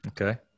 Okay